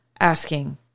asking